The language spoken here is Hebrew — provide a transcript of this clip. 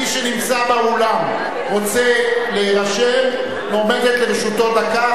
מי שנמצא באולם ורוצה להירשם, עומדת לרשותו דקה.